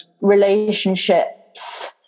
relationships